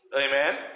Amen